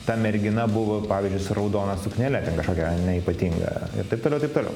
ta mergina buvo pavyzdžiui su raudona suknele kažkokia ypatinga ir taip toliau taip toliau